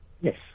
Yes